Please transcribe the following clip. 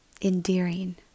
endearing